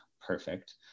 perfect